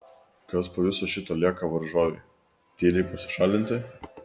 kas po viso šito lieka varžovei tyliai pasišalinti